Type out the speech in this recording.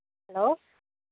hello